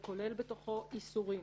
הוא כולל בתוכו איסורים.